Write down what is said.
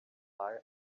eye